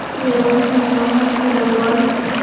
KYC format की लगावल?